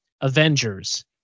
Avengers